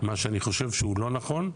מה שאני חושב שהוא לא נכון,